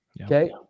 Okay